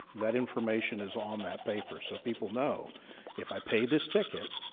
that information is on that paper, so people know if i pay this ticket,